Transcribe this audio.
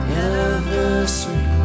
anniversary